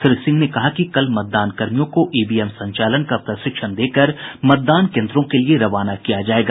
श्री सिंह ने कहा कि कल मतदानकर्मियों को ईवीएम संचालन का प्रशिक्षण देकर मतदान केंद्रों के लिये रवाना किया जायेगा